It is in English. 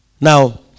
Now